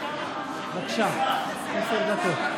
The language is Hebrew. בבקשה, עשר דקות.